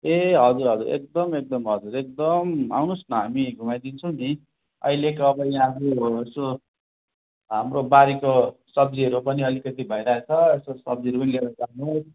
ए हजुर हजुर एकदम एकदम हजुर एकदम आउनुहोस् न हामी घुमाइदिन्छौँ नि अहिलेको अब यहाँको यसो हाम्रो बारीको सब्जीहरू पनि अलिकति भइरहेको छ यसो सब्जीहरू पनि लिएर जानू